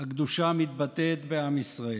הקדושה מתבטאת בעם ישראל,